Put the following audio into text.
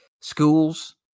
schools